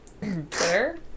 Twitter